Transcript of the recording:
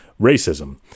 racism